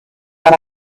when